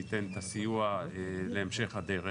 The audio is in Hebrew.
שייתן את הסיוע להמשך הדרך.